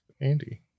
Andy